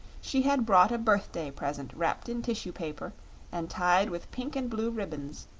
she had brought a birthday present wrapped in tissue paper and tied with pink and blue ribbons,